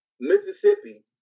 Mississippi